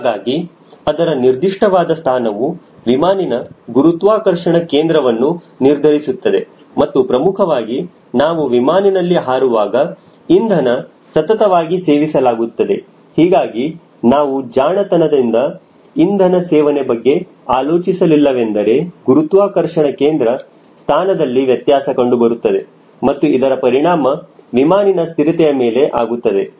ಹಾಗಾಗಿ ಅದರ ನಿರ್ದಿಷ್ಟವಾದ ಸ್ಥಾನವು ವಿಮಾನಿನ್ ಗುರುತ್ವಾಕರ್ಷಣ ಕೇಂದ್ರವನ್ನು ನಿರ್ಧರಿಸುತ್ತದೆ ಮತ್ತು ಪ್ರಮುಖವಾಗಿ ನಾವು ವಿಮಾನಿನ್ನಲ್ಲಿ ಹಾರುವಾಗ ಇಂಧನ ಸತತವಾಗಿ ಸೇವಿಸಲಾಗುತ್ತದೆ ಹೀಗಾಗಿ ನಾವು ಜಾಣತನದಿಂದ ಇಂಧನ ಸೇವನೆ ಬಗ್ಗೆ ಆಲೋಚಿಸಲಿಲ್ಲ ವೆಂದರೆ ಗುರುತ್ವಾಕರ್ಷಣ ಕೇಂದ್ರ ಸ್ಥಾನದಲ್ಲಿ ವ್ಯತ್ಯಾಸ ಕಂಡುಬರುತ್ತದೆ ಮತ್ತು ಇದರ ಪರಿಣಾಮ ವಿಮಾನಿನ್ ಸ್ಥಿರತೆಯ ಮೇಲೆ ಆಗುತ್ತದೆ